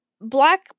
black